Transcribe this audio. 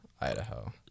Idaho